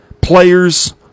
Players